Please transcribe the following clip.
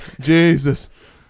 Jesus